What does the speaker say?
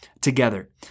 together